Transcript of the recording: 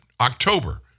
October